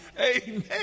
Amen